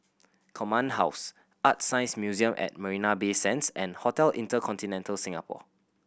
Command House ArtScience Museum at Marina Bay Sands and Hotel InterContinental Singapore